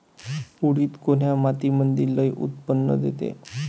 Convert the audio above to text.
उडीद कोन्या मातीमंदी लई उत्पन्न देते?